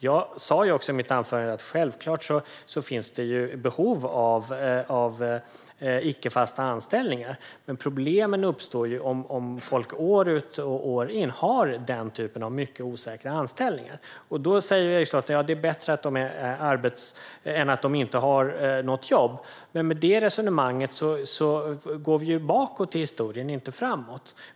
Jag sa i mitt anförande att det självklart finns behov av icke-fasta anställningar, men problemen uppstår om folk år ut och år in har den typen av mycket osäkra anställningar. Då säger Erik Slottner att det är bättre än att de inte har något jobb alls, men med det resonemanget går vi ju bakåt i historien och inte framåt.